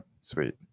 sweet